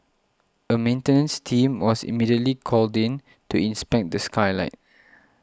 a maintenance team was immediately called in to inspect the skylight